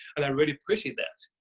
and i really appreciate that.